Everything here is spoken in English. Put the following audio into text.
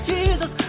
Jesus